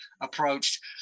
approached